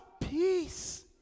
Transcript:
Peace